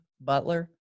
Butler